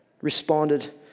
responded